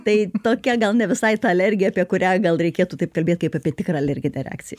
tai tokia gal ne visai ta alergija apie kurią gal reikėtų taip kalbėt kaip apie tikrą alerginę reakciją